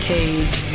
Cage